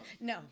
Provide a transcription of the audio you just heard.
No